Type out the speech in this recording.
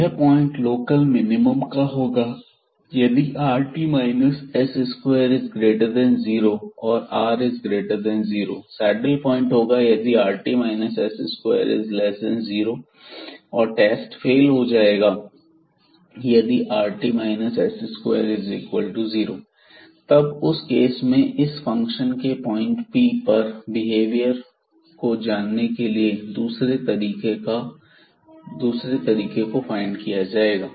यह point local minimum का होगा यदि rt s20और r0 सैडल पॉइंट होगा यदि rt s20 और टेस्ट फेल हो जाएगा यदि rt s20 तब उस केस में इस फंक्शन के पॉइंट Pab पर बिहेवियर हो जानने के लिए दूसरे तरीके को फाइंड किया जाएगा